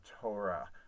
Torah